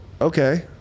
okay